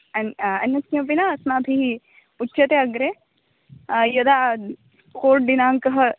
अन्य अन्यत्किमपि न अस्माभिः उच्यते अग्रे यदा कोर्ट् दिनाङ्कः